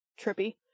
trippy